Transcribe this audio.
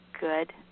good